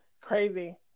Crazy